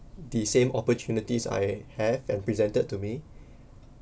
the same opportunities I have and presented to me